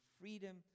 freedom